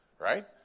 Right